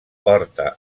porta